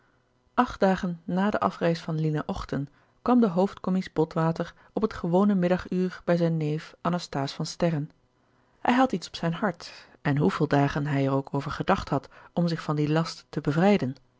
acht dagen na de afreis van lina ochten kwam de hoofd commies botwater op het gewone middaguur bij zijn neef anasthase van sterren hij had iets op zijn hart en hoeveel dagen hij er ook over gedacht had om zich van dien last te bevrijden